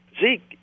Zeke